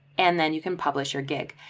and then you can publish your gig.